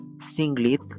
singlet